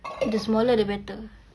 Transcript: the smaller the better